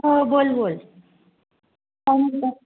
हो बोल बोल काय म्हणत आहे